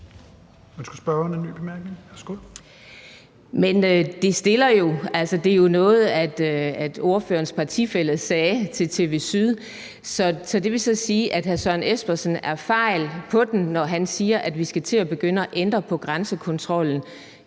(DF): Men det er jo noget, som ordførerens partifælle sagde til TV Syd. Så det vil så sige, at hr. Søren Espersen er forkert på den, når han siger, at vi skal til at begynde at ændre på grænsekontrollen.